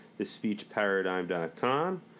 TheSpeechParadigm.com